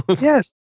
Yes